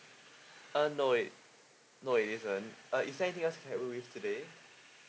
uh no it no it is a uh is there anything else can help you with today